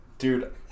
dude